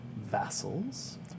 vassals